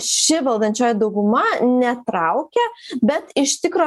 ši valdančioji dauguma netraukia bet iš tikro